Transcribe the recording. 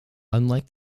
unlike